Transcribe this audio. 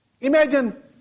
Imagine